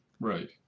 Right